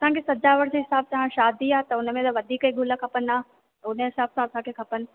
असांखे सॼावट जे हिसाब सां शादी आहे त उनमें त वधीक ई ग़ुल खपंदा त उनजे हिसाब सां असांखे खपनि